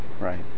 Right